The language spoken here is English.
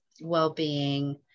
well-being